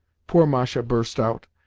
poor masha burst out,